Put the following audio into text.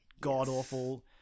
god-awful